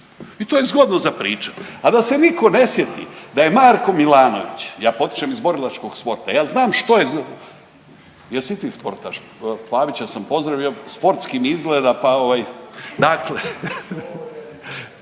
I to je zgodno za pričati, a da se nitko ne sjeti da je Marko Milanović, ja potječem iz borilačkog sporta, ja znam što je. Jesi i ti sportaš? Pavića sam pozdravio, sportski mi izgleda pa ovaj. Dakle,